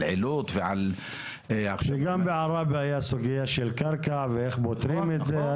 על עילוט --- וגם בעראבה הייתה סוגיה של קרקע ושאלה איך פותרים את זה.